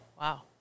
Wow